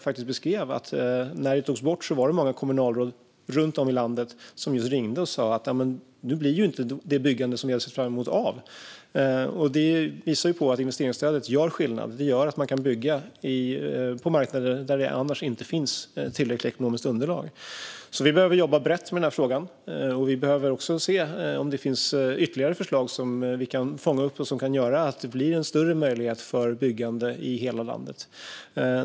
Han beskrev att när det togs bort var det många kommunalråd runt om i landet som ringde och sa att det byggande som de hade sett fram emot nu inte blir av. Det visar att investeringsstödet gör skillnad. Det gör att man kan bygga på marknader där det annars inte finns tillräckligt ekonomiskt underlag. Vi behöver alltså jobba brett med denna fråga. Vi behöver också se om det finns ytterligare förslag som vi kan fånga upp som kan göra att det blir en större möjlighet för byggande i hela landet.